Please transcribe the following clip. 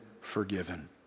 forgiven